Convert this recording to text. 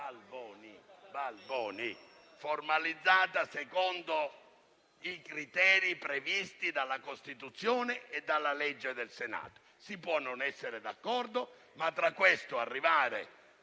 Balboni, formalizzata secondo i criteri previsti dalla Costituzione e dalla legge del Senato. Si può non essere d'accordo, ma arrivare